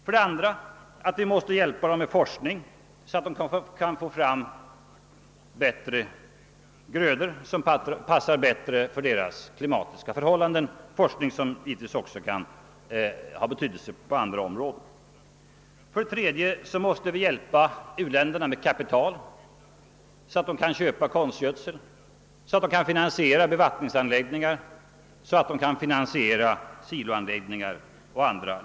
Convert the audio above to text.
För det andra måste vi hjälpa dem med forskning så att de kan få fram grödor som passar bättre för deras klimatiska förhållanden, en forskning som givetvis också kan ha betydelse på andra områden. För det tredje måste vi hjälpa u-länderna med kapital så att de kan köpa konstgödsel och så att de kan finansiera bevattningsanläggningar, siloanläggningar, etc.